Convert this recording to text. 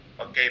okay